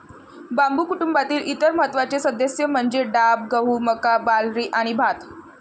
बांबू कुटुंबातील इतर महत्त्वाचे सदस्य म्हणजे डाब, गहू, मका, बार्ली आणि भात